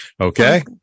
Okay